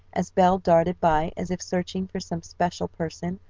as belle darted by as if searching for some special person,